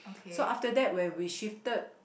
so after that when we shifted